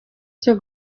cyo